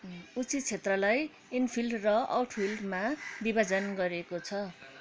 उचित क्षेत्रलाई इनफिल्ड र आउटफिल्डमा विभाजन गरिएको छ